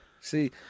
See